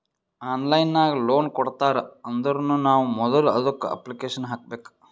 online ನಾಗ್ loan ಕೊಡ್ತಾರ್ ಅಂದುರ್ನು ನಾವ್ ಮೊದುಲ ಅದುಕ್ಕ ಅಪ್ಲಿಕೇಶನ್ ಹಾಕಬೇಕ್